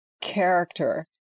character